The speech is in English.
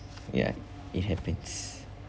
ya it happens